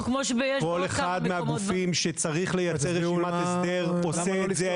כל אחד מהגופים שצריך לייצר רשימת הסדר עושה את זה